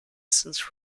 since